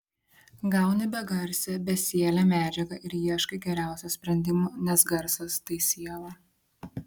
gauni begarsę besielę medžiagą ir ieškai geriausio sprendimo nes garsas tai siela